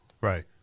Right